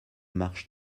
marche